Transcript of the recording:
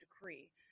decree